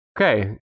Okay